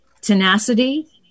tenacity